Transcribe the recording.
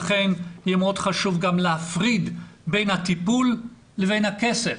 לכן יהיה מאוד חשוב גם להפריד בין הטיפול לבין הכסף,